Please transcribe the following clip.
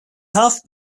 half